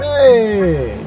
Hey